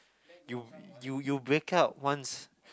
you you you break up once